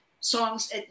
songs